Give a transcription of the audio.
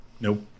Nope